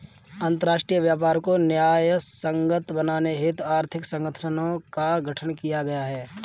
अंतरराष्ट्रीय व्यापार को न्यायसंगत बनाने हेतु आर्थिक संगठनों का गठन किया गया है